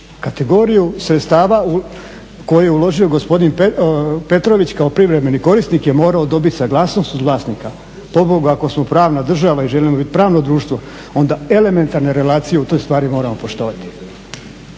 kategoriju sredstava u koju je uložio gospodin Petrović, kao privremeni korisnik je morao dobiti suglasnost od vlasnika. Po Bogu ako smo pravna država i želimo li pravno društvo, onda elementarne relacije u toj … moramo poštovati.